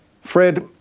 Fred